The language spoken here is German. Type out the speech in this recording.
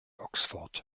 oxford